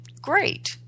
great